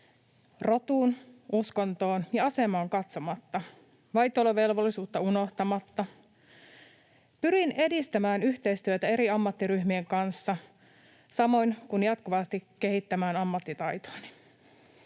rotuun, uskontoon ja asemaan katsomatta, vaitiolovelvollisuutta unohtamatta. Pyrin edistämään yhteistyötä eri ammattiryhmien kanssa, samoin kuin jatkuvasti kehittämään ammattitaitoani.”